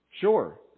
sure